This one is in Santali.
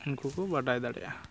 ᱩᱱᱠᱩ ᱠᱚ ᱵᱟᱰᱟᱭ ᱫᱟᱲᱮᱼᱟ